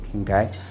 okay